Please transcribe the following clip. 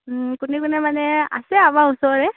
ওম কোনে কোনে মানে আছে আমাৰ ওচৰৰে